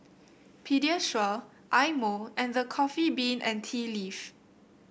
Pediasure Eye Mo and The Coffee Bean and Tea Leaf